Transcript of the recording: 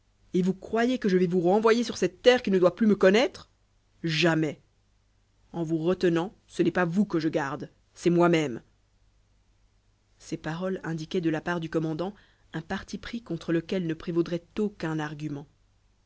et vous croyez que je vais vous renvoyer sur cette terre qui ne doit plus me connaître jamais en vous retenant ce n'est pas vous que je garde c'est moi-même ces paroles indiquaient de la part du commandant un parti pris contre lequel ne prévaudrait aucun argument